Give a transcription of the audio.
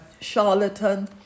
charlatan